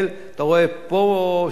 אתה רואה פה שלט,